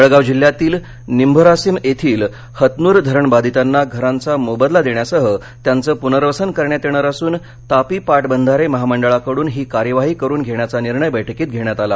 जळगाव जिल्ह्यातील निंभोरासिम येथील हतनूर धरणबाधितांना घरांचा मोबदला देण्यासह त्यांचं पूनर्वसन करण्यात येणार असुन तापी पाटबंधारे महामंडळाकडून ही कार्यवाही करून घेण्याचा निर्णय बैठकीत घेण्यात आला